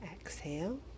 Exhale